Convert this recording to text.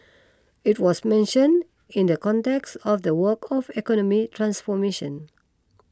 it was mentioned in the context of the work of economic transformation